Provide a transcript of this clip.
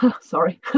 sorry